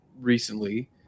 recently